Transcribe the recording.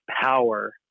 power